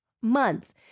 months